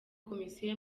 komisiyo